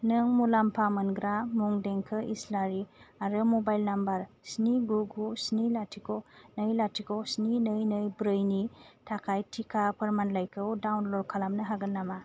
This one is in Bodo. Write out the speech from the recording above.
नों मुलामफा मोनग्रा मुं देंखो इस्लारि आरो मबाइल नम्बर स्नि गु गु स्नि लाथिख' नै लाथिख' स्नि नै नै ब्रैनि थाखाय टिका फोरमानलाइखौ डाउनल'ड खालामनो हागोन नामा